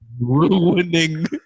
ruining